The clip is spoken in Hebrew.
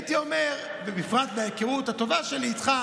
אז הייתי אומר, ובפרט בהיכרות הטובה שלי איתך: